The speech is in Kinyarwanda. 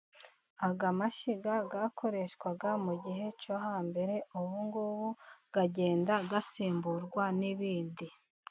Aya mashyiga yakoreshwaga mu gihe cyo hambere. Ubu ngubu agenda asimburwa n'ibindi.